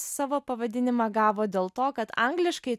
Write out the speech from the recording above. savo pavadinimą gavo dėl to kad angliškai